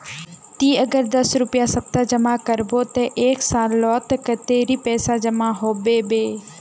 ती अगर दस रुपया सप्ताह जमा करबो ते एक सालोत कतेरी पैसा जमा होबे बे?